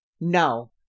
No